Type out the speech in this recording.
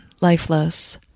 lifeless